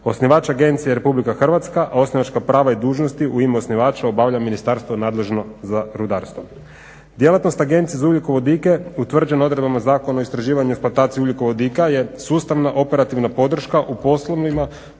Osnivač agencije je Republika Hrvatska, a osnivačka prava i dužnosti u ime osnivača obavlja ministarstvo nadležno za rudarstvo. Djelatnost Agencije za ugljikovodike utvrđena je odredbama Zakona o istraživanju i eksploataciji ugljikovodika, jer sustavna operativna podrška u poslovima